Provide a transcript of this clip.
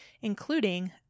including